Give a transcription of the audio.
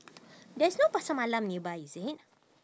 there's no pasar malam nearby is it